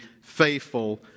faithful